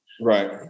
Right